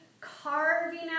carving